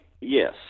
yes